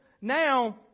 now